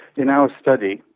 in our study,